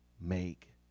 make